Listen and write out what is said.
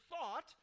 thought